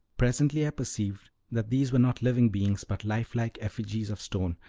presently i perceived that these were not living beings, but life-like effigies of stone,